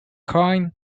coyne